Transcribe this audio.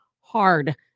hard